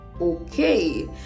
okay